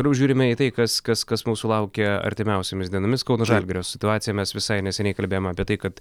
toliau žiūrime į tai kas kas kas mūsų laukia artimiausiomis dienomis kauno žalgirio situacija mes visai neseniai kalbėjome apie tai kad